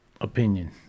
opinion